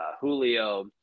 Julio